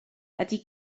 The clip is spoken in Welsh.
ydy